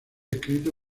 escrito